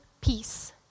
peace